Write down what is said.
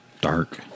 Dark